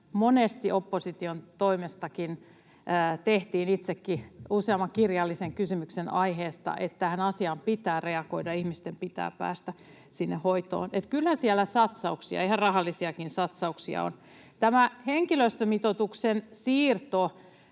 monesti opposition toimestakin huomautettiin — itsekin tein useamman kirjallisen kysymyksen aiheesta — että tähän asiaan pitää reagoida, ihmisten pitää päästä sinne hoitoon. Että kyllähän siellä satsauksia, ihan rahallisiakin satsauksia, on. Tämä henkilöstömitoituksen siirto